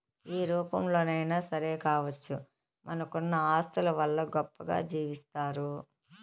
ఏ రూపంలోనైనా సరే కావచ్చు మనకున్న ఆస్తుల వల్ల గొప్పగా జీవిస్తారు